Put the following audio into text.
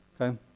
Okay